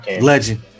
legend